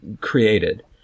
created